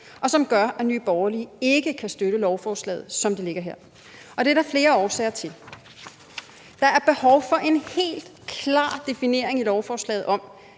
og som gør, at Nye Borgerlige ikke kan støtte lovforslaget, som det ligger her. Og det er der flere årsager til. Der er behov for en helt klar definering i lovforslaget,